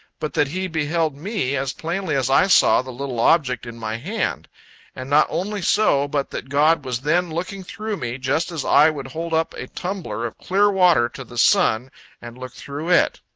but that he beheld me, as plainly as i saw the little object in my hand and not only so, but that god was then looking through me, just as i would hold up a tumbler of clear water to the sun and look through it.